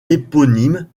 éponyme